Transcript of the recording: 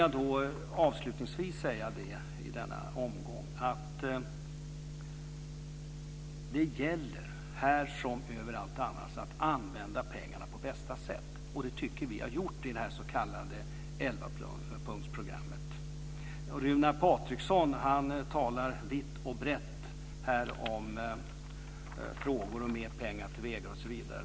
Jag vill avslutningsvis i denna omgång säga att det här som överallt annars gäller att använda pengarna på bästa sätt. Det tycker jag att vi har gjort i detta s.k. elvapunktsprogram. Runar Patriksson talar vitt och brett och kräver mer pengar till vägarna, osv.